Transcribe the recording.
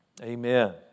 Amen